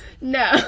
no